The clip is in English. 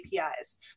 apis